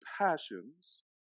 passions